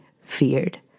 feared